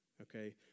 okay